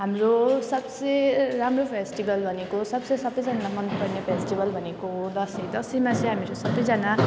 हाम्रो सबसे राम्रो फेस्टिबल भनेको सबसे सबैजनालाई मनपराउने फेस्टिबल भनेको दसैँ दसैँमा चाहिँ हामीहरू सबैजना